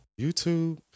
YouTube